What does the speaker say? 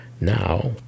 Now